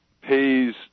pays